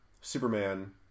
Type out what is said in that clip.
Superman